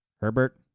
Herbert